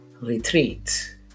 retreat